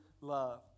love